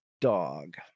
dog